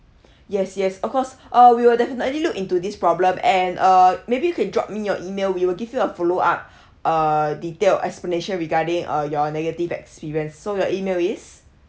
yes yes of course uh we will definitely look into this problem and uh maybe you can drop me your email we will give you a follow up err detailed explanation regarding uh your negative experience so your email is